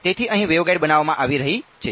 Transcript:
તેથી અહીં વેવગાઇડ બનાવવામાં આવી રહી છે